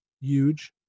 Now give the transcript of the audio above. huge